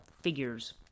figures